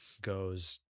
Goes